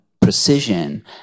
precision